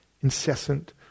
incessant